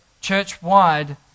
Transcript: church-wide